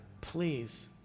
please